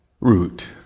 root